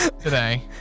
today